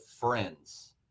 friends